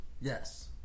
Yes